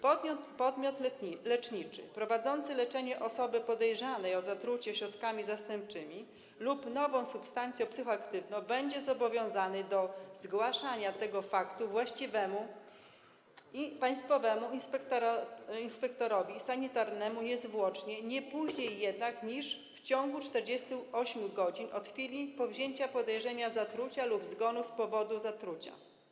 Podmiot leczniczy prowadzący leczenie osoby podejrzanej o zatrucie środkami zastępczymi lub nową substancją psychoaktywną będzie zobowiązany do zgłaszania tego faktu właściwemu państwowemu inspektorowi sanitarnemu niezwłocznie, nie później jednak niż w ciągu 48 godzin od chwili powzięcia podejrzenia co do zatrucia lub zgonu z powodu zatrucia.